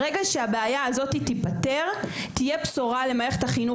ברגע שהבעיה הזאת תיפתר תהיה לנו בשורה למערכת החינוך